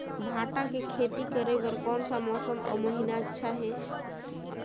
भांटा के खेती करे बार कोन सा मौसम अउ महीना अच्छा हे?